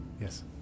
Yes